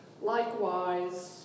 Likewise